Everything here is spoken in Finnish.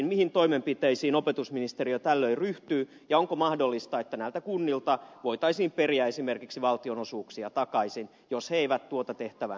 mihin toimenpiteisiin opetusministeriö tällöin ryhtyy ja onko mahdollista että näiltä kunnilta voitaisiin periä esimerkiksi valtionosuuksia takaisin jos ne eivät tuota tehtäväänsä täytä